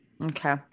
Okay